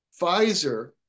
Pfizer